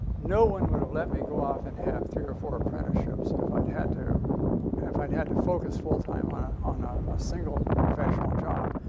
no one would have let me go off and have three or four apprenticeships. if i'd had to if i'd had to focus full-time on a on a a single professional job,